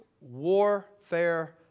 Warfare